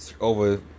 Over